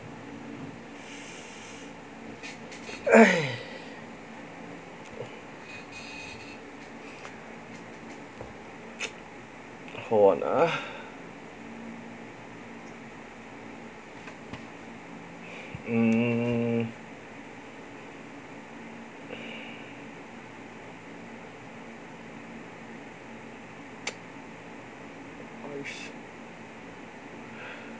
hold on ah mm